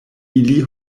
ili